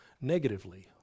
negatively